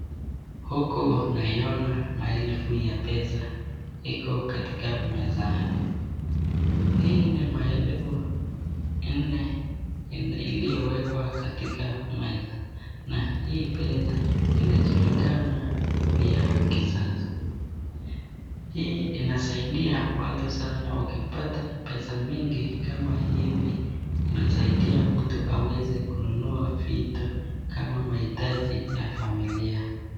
Huku naiona maelfu ya pesa iko katika mezani. Hii ni maelfu nne iliwekwa katika meza. Na hii pesa inajulikana ni ya kisasa. Hii inasaidia watu sana ukipata pesa mingi kama hivi inasaidia mtu aweze kununua vitu kama mahitaji ya familia.